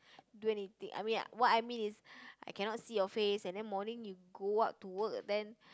do anything I mean what I mean is I cannot see your face and then morning you go out to work then